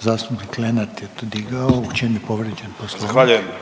zastupnik Lenart je tu digao, u čem je povrijeđen poslovnik? **Lenart,